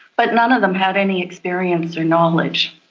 but none of them had any experience or knowledge.